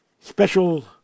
special